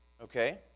okay